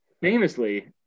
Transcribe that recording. famously